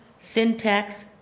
syntax,